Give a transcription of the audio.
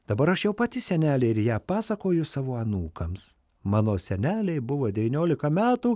dabar aš jau pati senelė ir ją pasakoju savo anūkams mano senelei buvo devyniolika metų